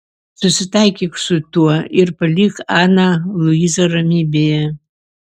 susitaikyk su tuo ir palik aną luizą ramybėje